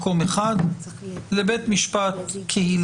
"יעמוד בתוקפו בתקופה של חמש שנים מיום התחילה".